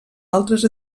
altres